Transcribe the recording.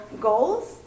goals